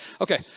Okay